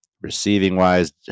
Receiving-wise